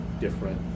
different